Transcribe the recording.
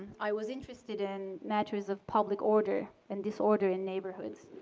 i was interested in matters of public order and disorder in neighborhoods.